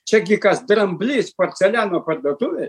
čiagi kas dramblys porceliano parduotuvėj